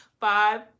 Five